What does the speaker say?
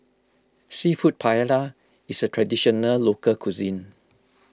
Seafood Paella is a Traditional Local Cuisine